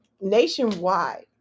nationwide